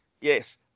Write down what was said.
Yes